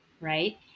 right